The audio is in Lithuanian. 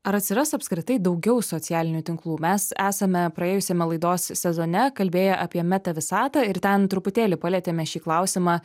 ar atsiras apskritai daugiau socialinių tinklų mes esame praėjusiame laidos sezone kalbėję apie meta visatą ir ten truputėlį palietėme šį klausimą